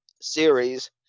series